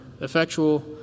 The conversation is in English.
effectual